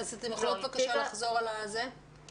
כי אני עובדת עם מרכז אדווה גם בנושא של ניתוח של כל התקציב של המשרד.